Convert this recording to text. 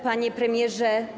Panie Premierze!